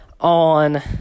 on